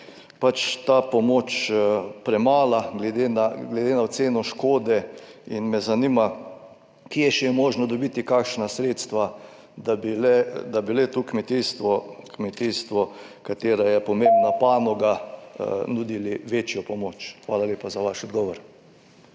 je ta pomoč premajhna glede na oceno škode, in me zanima, kje je še možno dobiti kakšna sredstva, da bi le kmetijstvu, ki je pomembna panoga, nudili večjo pomoč. Hvala lepa za vaš odgovor.